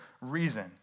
reason